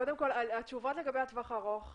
קודם כל התשובות לגבי הטווח הארוך,